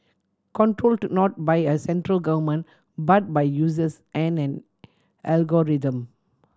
controlled not by a central government but by users and an algorithm